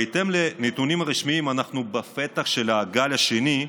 בהתאם לנתונים הרשמיים אנחנו בפתח של הגל השני,